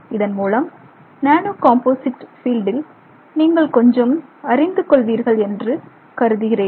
இதன் மூலம் nano composite பீல்டில் நீங்கள் கொஞ்சம் அறிந்து கொள்வீர்கள் என்று கருதுகிறேன்